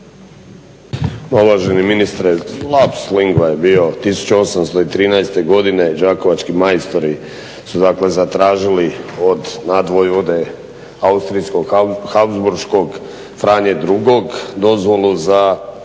Uvaženi ministre lapsus lingua je bio 1813.godine đakovački majstori su zatražili od nadvojdvode austrijsko-habsburškog Franje II dozvolu da